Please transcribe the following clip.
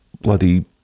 bloody